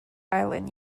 island